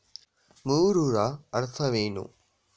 ಮೂರರ ಅರ್ಥವೇನು?